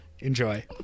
Enjoy